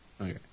Okay